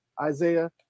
Isaiah